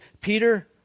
Peter